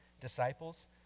disciples